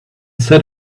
sat